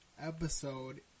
episode